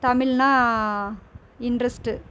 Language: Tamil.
தமிழ்னா இன்ட்ரெஸ்ட்டு